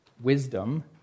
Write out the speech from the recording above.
Wisdom